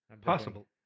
Possible